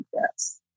Yes